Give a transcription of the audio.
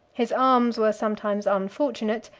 his arms were sometimes unfortunate,